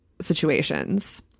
situations